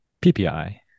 PPI